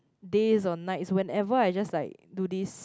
days or nights whenever I just like do this